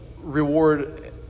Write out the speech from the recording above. reward